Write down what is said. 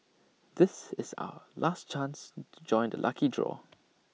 this is are last chance to join the lucky draw